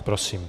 Prosím.